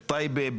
בטייבה,